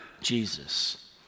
Jesus